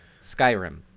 skyrim